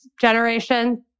generation